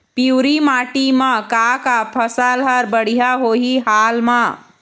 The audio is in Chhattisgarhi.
पिवरी माटी म का का फसल हर बढ़िया होही हाल मा?